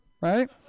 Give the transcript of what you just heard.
right